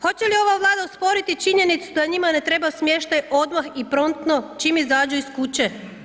Hoće li ova Vlada osporiti činjenicu da njima ne treba smještaj odmah i promptno čim izađu iz kuće?